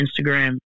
Instagram